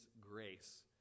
grace